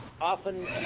often